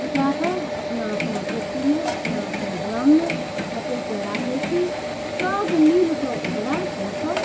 कूटाके अपना अपना कोठीमे अपना अपना ड्राममे फटकि कऽ राखैत छी सब मिलकऽ ओकरा हमसब